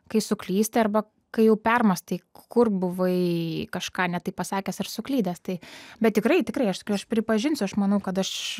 kai suklysti arba kai jau permąstai kur buvai kažką ne taip pasakęs ar suklydęs tai bet tikrai tikrai aš pripažinsiu aš manau kad aš